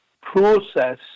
process